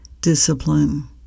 discipline